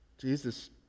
jesus